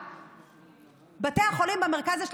בתי החולים במרכז,